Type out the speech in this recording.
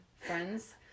friends